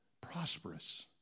prosperous